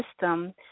system